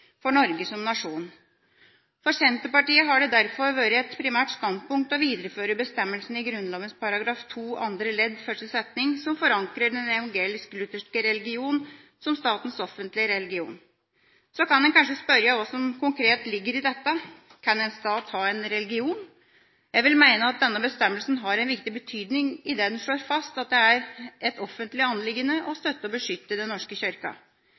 for Norge som nasjon. For Senterpartiet har det derfor vært et primært standpunkt å videreføre bestemmelsen i Grunnloven § 2 andre ledd første setning, som forankrer den evangelisk-lutherske religion som statens offentlige religion. Så kan en kanskje spørre hva som konkret ligger i dette. Kan en stat ha en religion? Jeg vil mene at denne bestemmelsen har en viktig betydning idet den slår fast at det er et offentlig anliggende å støtte og beskytte Den norske